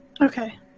Okay